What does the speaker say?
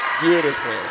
Beautiful